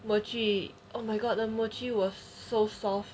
mochi oh my god the mochi was so soft